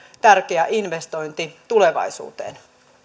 tärkeä investointi tulevaisuuteen